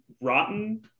rotten